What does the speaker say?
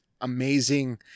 amazing